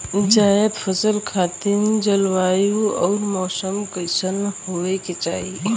जायद फसल खातिर जलवायु अउर मौसम कइसन होवे के चाही?